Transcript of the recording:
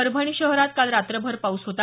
परभणी शहरात काल रात्रभर पाऊस होता